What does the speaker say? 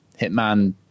Hitman